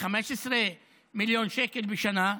15 מיליון שקל בשנה,